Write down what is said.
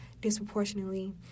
disproportionately